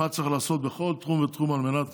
מה צריך לעשות בכל תחום ותחום על מנת